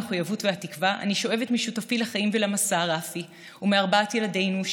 המחויבות והתקווה אני שואבת משותפי לחיים ולמסע רפי ומארבעת ילדינו,